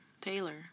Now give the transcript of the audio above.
Taylor